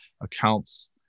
accounts